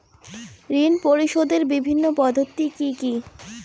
ঋণ পরিশোধের বিভিন্ন পদ্ধতি কি কি?